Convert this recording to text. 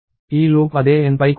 ఈ లూప్ అదే N పై కూడా నడుస్తుంది